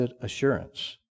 Assurance